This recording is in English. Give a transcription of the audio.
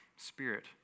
spirit